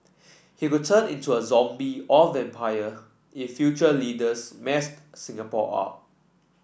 he would turn into a zombie or vampire if future leaders mess Singapore up